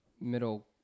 middle